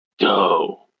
go